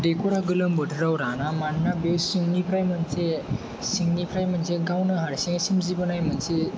दैखरा गोलोम बोथोराव राना मानोना बे सिंनिफ्राय मोनसे सिंनिफ्राय मोनसे गावनो हारसिङै सोमजिबोनाय मोनसे